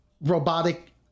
robotic